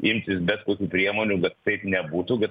imtis bet kokių priemonių kad taip nebūtų kad